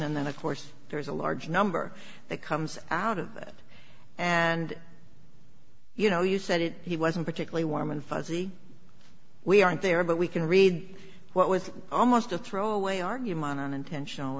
and then of course there's a large number that comes out of that and you know you said it he wasn't particularly warm and fuzzy we aren't there but we can read what was almost a throwaway argument on intentional